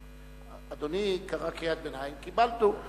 אדוני קרא קריאת ביניים, קיבלנו.